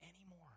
anymore